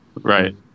right